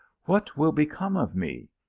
what will become of me?